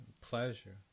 pleasure